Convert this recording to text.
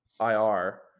IR